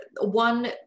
One